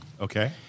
Okay